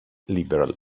liberal